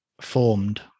formed